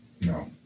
No